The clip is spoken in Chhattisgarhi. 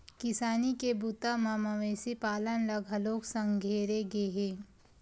किसानी के बूता म मवेशी पालन ल घलोक संघेरे गे हे